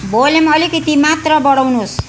volume अलिकति मात्र बढाउनुहोस्